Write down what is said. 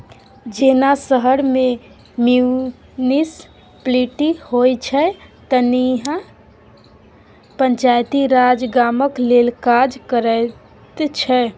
जेना शहर मे म्युनिसप्लिटी होइ छै तहिना पंचायती राज गामक लेल काज करैत छै